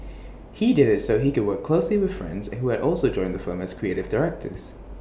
he did IT so that he could work closely with friends and who had also joined the firm as creative directors